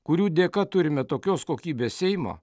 kurių dėka turime tokios kokybės seimo